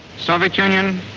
soviet union,